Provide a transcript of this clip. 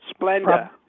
Splenda